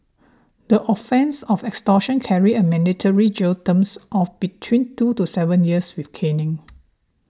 the offence of extortion carries a mandatory jail terms of between two to seven years with caning